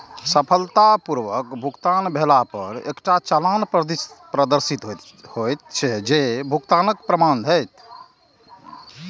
सफलतापूर्वक भुगतान भेला पर एकटा चालान प्रदर्शित हैत, जे भुगतानक प्रमाण हैत